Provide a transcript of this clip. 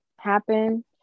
happen